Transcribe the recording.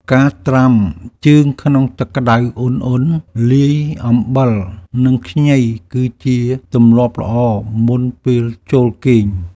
ការត្រាំជើងក្នុងទឹកក្តៅឧណ្ហៗលាយអំបិល និងខ្ញី គឺជាទម្លាប់ល្អមុនពេលចូលគេង។